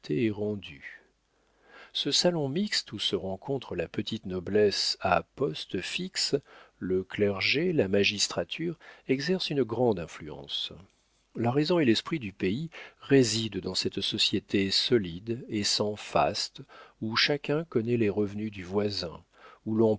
ce salon mixte où se rencontrent la petite noblesse à poste fixe le clergé la magistrature exerce une grande influence la raison et l'esprit du pays résident dans cette société solide et sans faste où chacun connaît les revenus du voisin où l'on